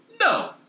No